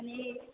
आणि